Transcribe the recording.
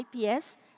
IPS